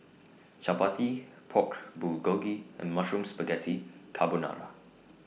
Chapati Pork Bulgogi and Mushroom Spaghetti Carbonara